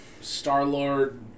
Star-Lord